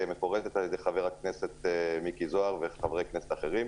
מפורטת על ידי ח"כ מיקי זוהר וחברי כנסת אחרים,